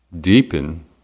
deepen